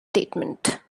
statement